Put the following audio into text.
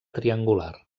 triangular